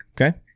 Okay